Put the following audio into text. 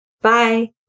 Bye